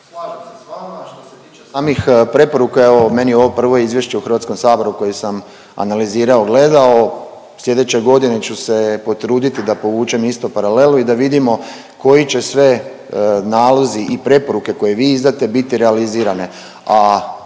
uključen./…, a što se tiče samih preporuka evo meni je ovo prvo izvješće u HS-u koje sam analizirao, gledao. Slijedeće godine ću se potruditi da povučem isto paralelu i da vidimo koji će sve nalozi i preporuke koje vi izdate biti realizirane.